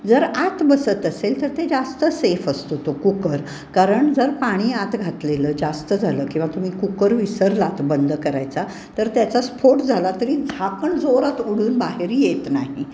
जर आत बसत असेल तर ते जास्त सेफ असतो तो कुकर कारण जर पाणी आत घातलेलं जास्त झालं किंवा तुम्ही कुकर विसरलात बंद करायचा तर त्याचा स्फोट झाला तरी झाकण जोरात उडून बाहेर येत नाही